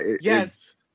Yes